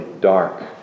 dark